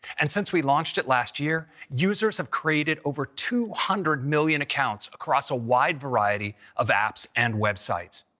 and since we launched it last year, users have created over two hundred million accounts across a wide variety of apps and websites.